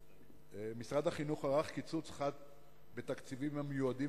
משרד החינוך ערך קיצוץ חד בתקציבים המיועדים